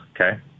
Okay